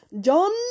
John